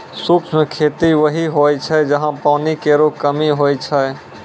शुष्क खेती वहीं होय छै जहां पानी केरो कमी होय छै